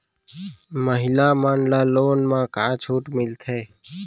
महिला मन ला लोन मा का छूट मिलथे?